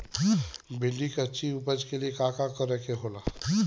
भिंडी की अच्छी उपज के लिए का का करे के होला?